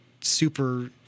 super